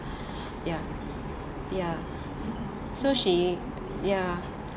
ya ya so she ya